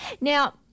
Now